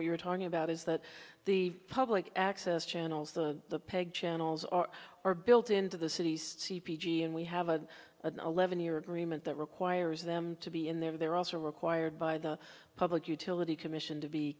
what you're talking about is that the public access channels the pig channels are are built into the city's c p g and we have an eleven year agreement that requires them to be in there they're also required by the public utility commission to be